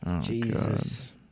Jesus